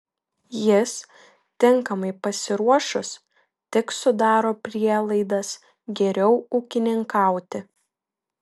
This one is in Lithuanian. jis tinkamai pasiruošus tik sudaro prielaidas geriau ūkininkauti